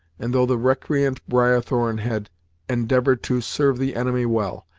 and though the recreant briarthorn had endeavoured to serve the enemy well,